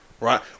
right